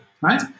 right